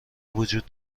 وجود